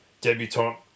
Debutant